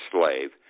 slave